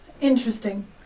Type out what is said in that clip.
Interesting